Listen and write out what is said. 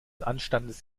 anstandes